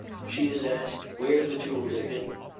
she is asked where the jewels are hidden.